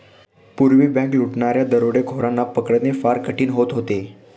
पूर्वी बँक लुटणाऱ्या दरोडेखोरांना पकडणे फार कठीण होत होते